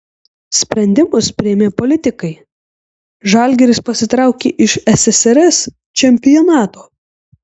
sprendimus priėmė politikai žalgiris pasitraukė iš ssrs čempionato